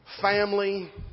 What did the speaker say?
family